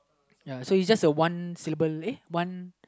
ya so is just a one syllable uh one